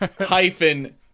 hyphen